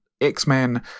X-Men